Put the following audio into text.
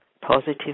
Positive